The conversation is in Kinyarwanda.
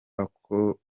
ako